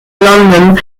london